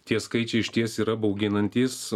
tie skaičiai išties yra bauginantys